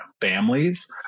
families